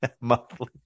monthly